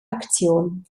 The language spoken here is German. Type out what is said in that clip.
aktion